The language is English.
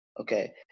okay